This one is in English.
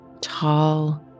tall